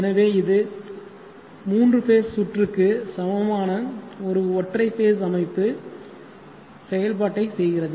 எனவே இது 3 ஃபேஸ் சுற்றுக்கு சமமான ஒரு ஒற்றை ஃபேஸ் அமைப்பு அதே செயல்பாட்டைச் செய்கிறது